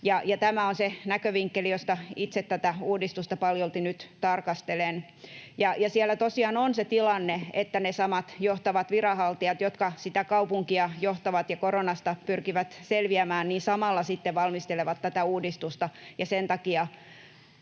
tämä on se näkövinkkeli, josta itse tätä uudistusta paljolti nyt tarkastelen. Siellä tosiaan on se tilanne, että ne samat johtavat viranhaltijat, jotka sitä kaupunkia johtavat ja koronasta pyrkivät selviämään, samalla sitten valmistelevat tätä uudistusta, ja sen takia